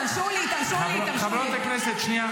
חברת הכנסת גוטליב, חברת הכנסת גוטליב,